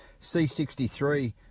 C63